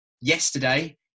yesterday